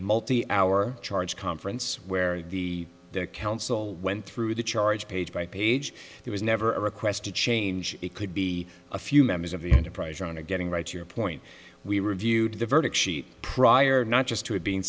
multi hour charge conference where the counsel went through the charge page by page there was never a request to change it could be a few members of the enterprise around or getting right to your point we reviewed the verdict sheet prior not just to it being